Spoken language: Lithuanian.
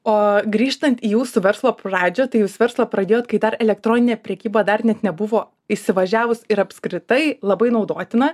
o grįžtant į jūsų verslo pradžią tai jūs verslą pradėjot kai dar elektroninė prekyba dar net nebuvo įsivažiavus ir apskritai labai naudotina